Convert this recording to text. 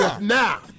Now